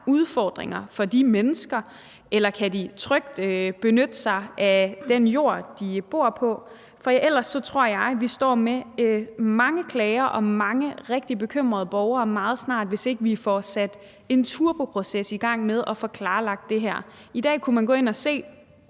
udfordringer for de mennesker, eller om de trygt kan benytte den jord, de bor på, for ellers tror jeg, vi meget snart står med mange klager og mange rigtig bekymrede borgere, hvis ikke vi får sat en turbuproces i gang med at få klarlagt det her. I dag kunne man gå ind at se